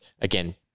Again